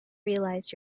realize